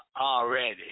Already